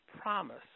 promise